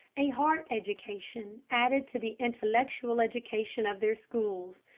a heart education, added to the intellectual education of their schools.